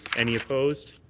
any opposed?